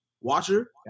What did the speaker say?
watcher